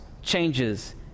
changes